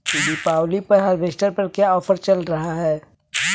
दीपावली पर हार्वेस्टर पर क्या ऑफर चल रहा है?